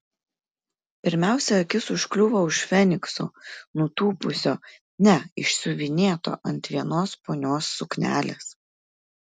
pirmiausia akis užkliuvo už fenikso nutūpusio ne išsiuvinėto ant vienos ponios suknelės